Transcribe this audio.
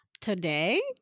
Today